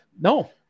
no